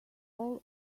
all